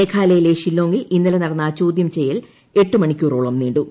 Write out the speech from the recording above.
മേഘാലയിലെ ഷില്ലോങ്ങിൽ ഇന്നലെ നടന്ന ചോദ്യം ചെയ്യൽ എട്ട് മണിക്കൂറോളം നീണ്ടു